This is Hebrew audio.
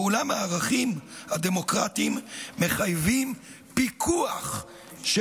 ואולם הערכים הדמוקרטיים מחייבים פיקוח של